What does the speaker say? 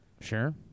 Sure